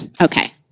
Okay